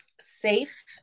safe